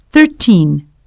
Thirteen